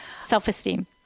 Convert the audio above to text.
self-esteem